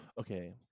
Okay